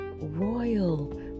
royal